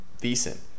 Decent